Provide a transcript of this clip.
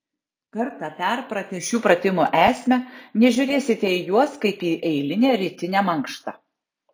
kartą perpratę šių pratimų esmę nežiūrėsite į juos kaip į eilinę rytinę mankštą